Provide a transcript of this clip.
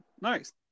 Nice